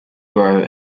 grow